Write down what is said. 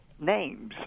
names